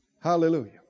Hallelujah